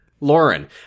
Lauren